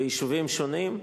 ביישובים שונים,